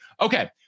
okay